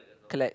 correct